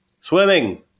Swimming